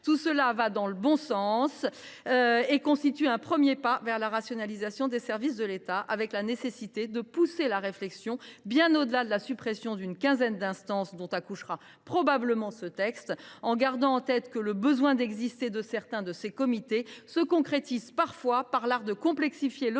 vont dans le bon sens et constituent un premier pas vers la rationalisation des services de l’État, même s’il est nécessaire de pousser la réflexion bien au delà de la suppression d’une quinzaine d’instances, dont accouchera probablement ce texte. Gardons en tête que le besoin d’exister de certains de ces comités se concrétise parfois par l’art de complexifier le quotidien